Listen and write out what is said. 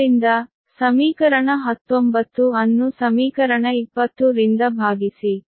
ಆದ್ದರಿಂದ ಸಮೀಕರಣ 19 ಅನ್ನು ಸಮೀಕರಣ 20 ರಿಂದ ಭಾಗಿಸಿ